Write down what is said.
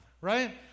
right